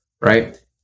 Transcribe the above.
right